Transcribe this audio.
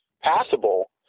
passable